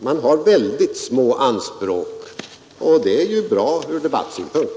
Man har väldigt små anspråk, och det är ju bra från debattsynpunkt.